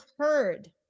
heard